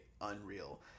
unreal